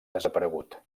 desaparegut